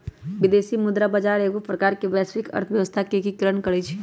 विदेशी मुद्रा बजार एगो प्रकार से वैश्विक अर्थव्यवस्था के एकीकरण करइ छै